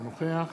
אינו נוכח